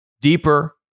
deeper